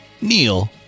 Neil